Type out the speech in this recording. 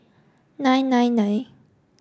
nine nine nine